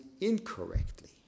incorrectly